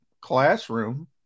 classroom